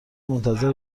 منتظر